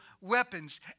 weapons